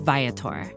Viator